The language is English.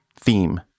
theme